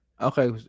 Okay